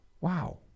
Wow